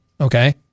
Okay